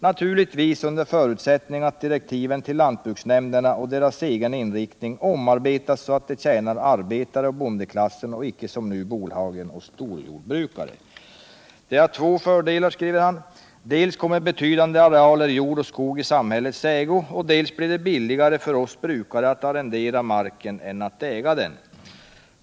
Naturligtvis under förutsättning att direktiven till lantbruksnämnderna och deras egen inriktning omarbetas så, att det tjänar arbetare och bondeklassen, och icke som nu bolagen och storjordbrukare. Detta har två fördelar: dels kommer betydande arealer jord och skog i samhällets ägo, dels blir det billigare för oss brukare att arrendera marken än att äga den.